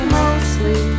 mostly